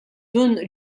dun